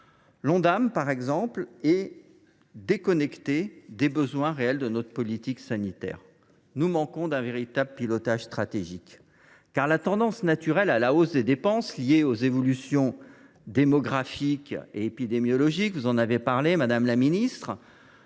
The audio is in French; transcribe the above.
L’Ondam est déconnecté des besoins réels de notre politique sanitaire. Nous manquons d’un véritable pilotage stratégique. La tendance naturelle à la hausse des dépenses, liée aux évolutions démographiques et épidémiologiques, nous enferme dans